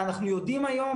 אנחנו יודעים היום,